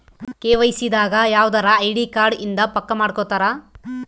KYC ದಾಗ ಯವ್ದರ ID card ಇಂದ ಪಕ್ಕ ಮಾಡ್ಕೊತರ